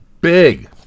big